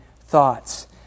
thoughts